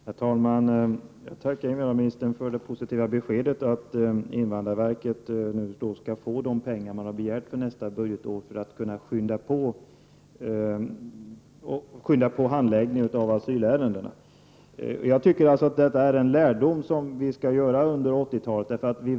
Herr talman! Jag tackar invandrarministern för det positiva beskedet om att invandrarverket skall få de pengar som man har begärt för nästa budgetår för att kunna skynda på handläggningen av asylärenden. Dessutom tycker jag att detta kan vara en lärdom för 90-talet.